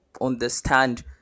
understand